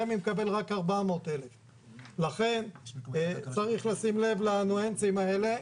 רמ"י מקבל רק 400,000. לכן צריך לשים לב לניואנסים האלה.